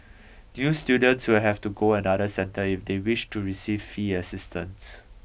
new students will have to go another centre if they wish to receive fee assistance